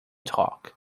talk